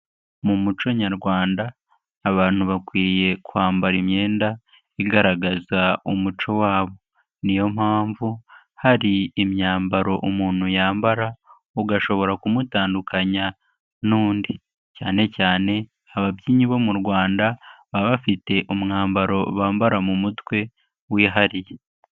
Mu muco nyarwanda abantu bakwiye kwambara imyenda igaragaza umuco wabo, niyo mpamvu hari imyambaro umuntu yambara, ugashobora kumutandukanya n'undi cyane cyane ababyinnyi bo mu Rwanda baba bafite umwambaro bambara mu mutwe wihariye.